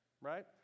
right